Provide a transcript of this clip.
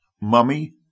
Mummy